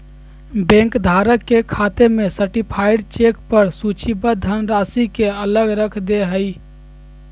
bank धारक के खाते में सर्टीफाइड चेक पर सूचीबद्ध धनराशि के अलग रख दे हइ